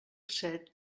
set